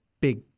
big